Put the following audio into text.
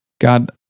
God